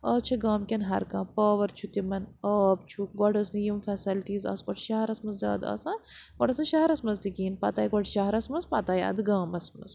آز چھِ گامکٮ۪ن ہر کانٛہہ پاوَر چھُ تِمَن آب چھُ گۄڈٕ ٲس نہٕ یِم فیسَلٹیٖز آسہٕ گۄڈٕ شَہرَس مَنٛز زیادٕ آسان گۄڈٕ ٲس نہٕ شَہرَس مَنٛز تہِ کِہیٖنۍ پَتہٕ آے گۄڈٕ شَہرَس منٛز پَتہٕ آے اَدٕ گامَس منٛز